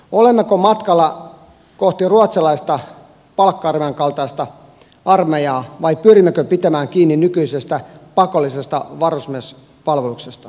olemmeko matkalla kohti ruotsalaista palkka armeijan kaltaista armeijaa vai pyrimmekö pitämään kiinni nykyisestä pakollisesta varusmiespalveluksesta